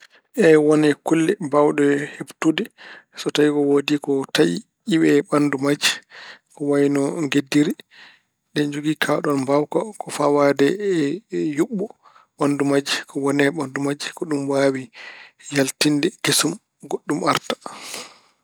Eey, won e kulle mbaawɗe heɓtude so ko tawi woodi ko taƴi, iwee ɓanndu majje ko wayno ngeddiri. Ɗe njogii kaaɗoon mbaawka ko fawaade e yuɓɓo ɓanndu majje. Wone ɓanndu majje ko ɗum waawi yaltinde kesum, goɗɗum arta.